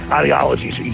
ideologies